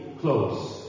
close